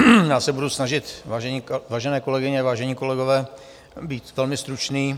Já se budu snažit, vážené kolegyně, vážení kolegové, být velmi stručný.